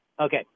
Okay